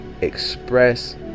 express